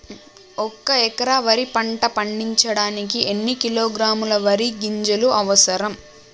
ఒక్క ఎకరా వరి పంట పండించడానికి ఎన్ని కిలోగ్రాముల వరి గింజలు అవసరం?